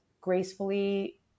gracefully